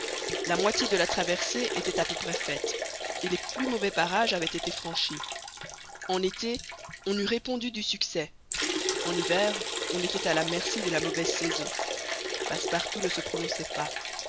la moitié de la traversée était à peu près faite et les plus mauvais parages avaient été franchis en été on eût répondu du succès en hiver on était à la merci de la mauvaise saison passepartout ne se prononçait pas